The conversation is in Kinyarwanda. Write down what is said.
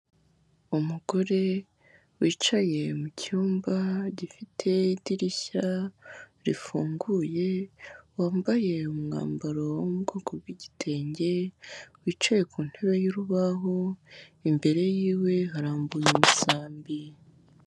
Umugore wicaye mu cyumba gifite idirishya rifunguye, wambaye umwambaro wo mu bwoko bw'igitenge, wicaye ku ntebe y'urubaho, imbere yiwe harambuye umusambi.